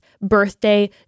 Birthday